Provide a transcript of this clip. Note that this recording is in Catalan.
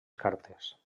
cartes